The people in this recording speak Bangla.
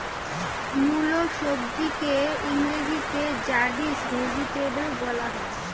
মুলো সবজিকে ইংরেজিতে র্যাডিশ ভেজিটেবল বলা হয়